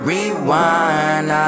Rewind